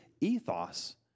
ethos